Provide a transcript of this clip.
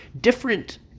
different